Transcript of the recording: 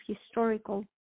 historical